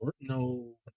No